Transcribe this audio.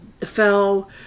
fell